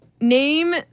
name